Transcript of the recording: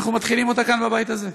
אנחנו מתחילים אותה כאן בבית הזה.